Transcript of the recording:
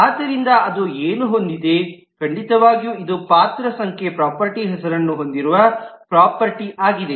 ಆದ್ದರಿಂದ ಅದು ಏನು ಹೊಂದಿದೆ ಖಂಡಿತವಾಗಿಯೂ ಇದು ಪಾತ್ರ ಸಂಖ್ಯೆ ಪ್ರಾಪರ್ಟೀ ಹೆಸರನ್ನು ಹೊಂದಿರುವ ಪ್ರಾಪರ್ಟೀಆಗಿದೆ